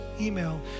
email